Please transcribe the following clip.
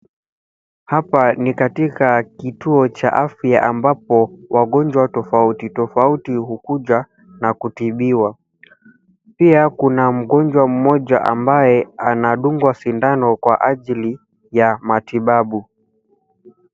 Hapa ni katika kituo cha afya ambapo wagonjwa tofauti tofauti hukuja na kutibiwa. Pia kuna mgonjwa mmoja ambaye anadungwa sindano kwa ajili ya matibabu.